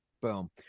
Boom